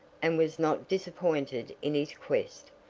and was not disappointed in his quest,